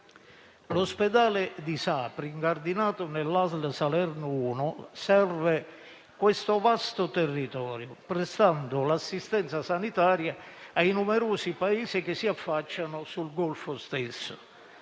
L'ospedale di Sapri, incardinato nella ASL Salerno 1, serve questo vasto territorio prestando assistenza sanitaria ai numerosi paesi che si affacciano sul golfo stesso.